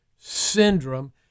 syndrome